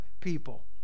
people